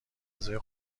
غذای